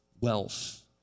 wealth